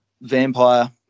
vampire